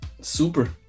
Super